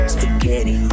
Spaghetti